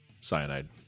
Cyanide